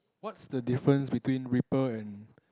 what's the difference between ripple and